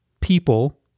people